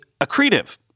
accretive